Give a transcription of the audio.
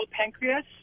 pancreas